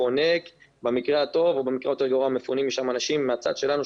חונק במקרה הטוב או במקרה היותר גרוע מפונים משם אנשים מהצד שלנו,